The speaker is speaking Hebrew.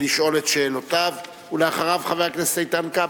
לשאול את שאלותיו, ואחריו, חבר הכנסת איתן כבל.